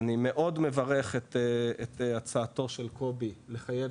אני מאוד מברך את הצעתו של קובי לחייב